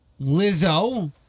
Lizzo